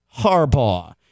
Harbaugh